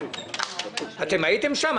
הייתם שם?